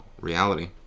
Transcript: reality